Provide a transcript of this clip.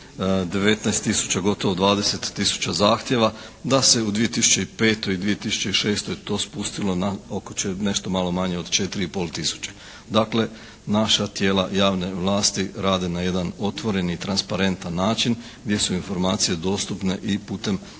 tisuća, gotovo 20 tisuća zahtjeva, da se u 2005. i 2006. to spustilo na nešto malo manje od 4 i pol tisuće. Dakle, naša tijela javne vlasti rade na jedan otvoren i transparentan način gdje su informacije dostupne i putem